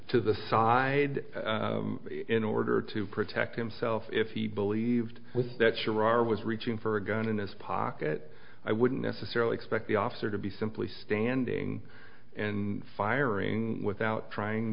to the side in order to protect himself if he believed with that sharara was reaching for a gun in his pocket i wouldn't necessarily expect the officer to be simply standing and firing without trying